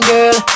Girl